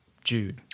jude